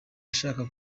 ashaka